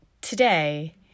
today